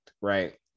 right